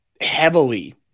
heavily